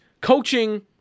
Coaching